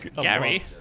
Gary